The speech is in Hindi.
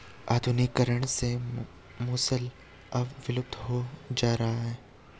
आधुनिकीकरण से मूसल अब विलुप्त होता जा रहा है